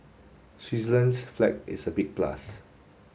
Switzerland's flag is a big plus